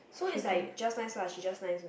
so it's like just nice lah she just nice only